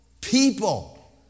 People